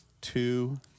two